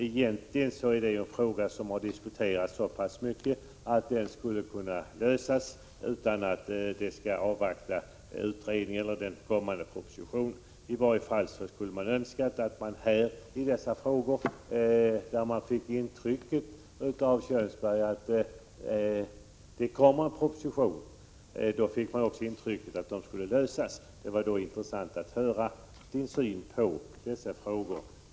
Egentligen är det en fråga som har diskuterats så pass mycket att den skulle kunna lösas utan att vi behöver avvakta någon utredning eller den kommande propositionen. I varje fall skulle man önska att det vore möjligt. Vi fick intrycket av Arne Kjörnsberg att det kommer en proposition liksom att frågorna kommer att lösas. Det vore intressant att höra Arne Kjörnsbergs syn på dessa frågor.